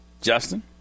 Justin